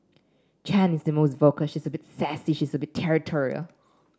Chan is the most vocal she's a bit sassy she's a bit territorial